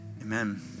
Amen